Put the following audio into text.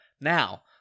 now